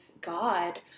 God